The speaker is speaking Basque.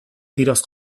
tiroz